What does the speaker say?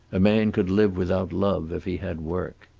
a man could live without love if he had work.